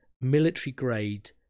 military-grade